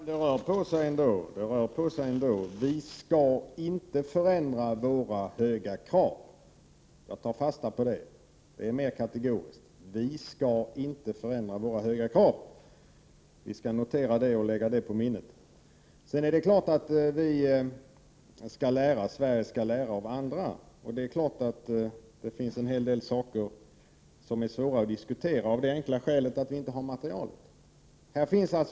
Herr talman! Det rör ändå på sig! Vi skall inte förändra våra höga krav. Jag tar fasta på detta. Det uttalandet är mer kategoriskt. Vi skall inte förändra våra höga krav. Vi noterar detta och skall lägga det på minnet. Sverige skall självfallet lära av andra länder, och det är helt klart att det finns en hel del saker som är svåra att diskutera av det enkla skälet att vi inte har tillgång till materialet.